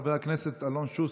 חבר הכנסת אלון שוסטר,